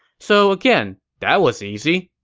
so again, that was easy